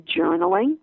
journaling